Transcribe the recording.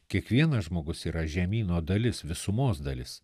kiekvienas žmogus yra žemyno dalis visumos dalis